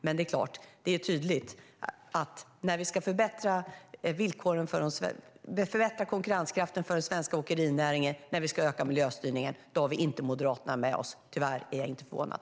Men det är såklart tydligt: När vi ska förbättra konkurrenskraften för den svenska åkerinäringen och när vi ska öka miljöstyrningen har vi inte Moderaterna med oss. Tyvärr är jag inte förvånad.